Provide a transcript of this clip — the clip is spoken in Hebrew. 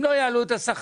אם לא יעלו את השכר,